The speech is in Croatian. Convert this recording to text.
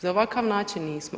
Za ovakav način nismo.